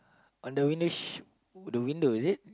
on the window sh~ the window is it